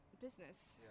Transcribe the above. business